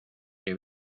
que